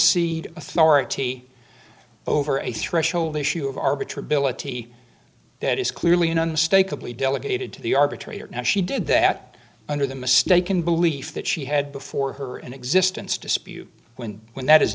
see authority over a threshold issue of arbitrary billet that is clearly an unmistakable he delegated to the arbitrator now she did that under the mistaken belief that she had before her an existence dispute when when that is